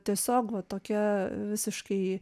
tiesiog va tokia visiškai